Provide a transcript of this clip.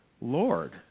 Lord